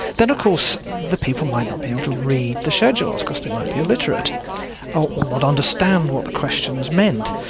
then of course the people might not be able to read the schedules because they might be illiterate or not understand what the questions meant.